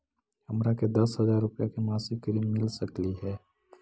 हमरा के दस हजार रुपया के मासिक ऋण मिल सकली हे?